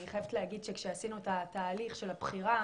אני חייבת להגיד שכשעשינו את התהליך של הבחירה